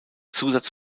zusatz